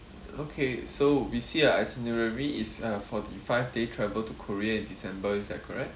okay so we see a itinerary is uh for the five day travel to korea in december is that correct